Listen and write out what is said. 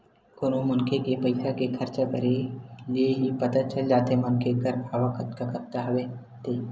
कोनो मनखे के पइसा के खरचा करे ले ही पता चल जाथे मनखे कर आवक कतका हवय ते